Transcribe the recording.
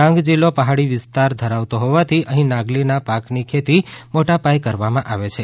ડાંગ જિલ્લો પહાડી વિસ્તાર ધરાવતો હોવાથી અહીં નાગલીના પાકની ખેતી મોટાપાયે કરવામાં આવે છે